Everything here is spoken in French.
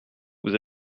vous